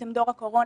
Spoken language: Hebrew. אתם דור הקורונה,